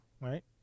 right